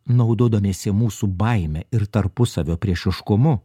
naudodamiesi mūsų baime ir tarpusavio priešiškumu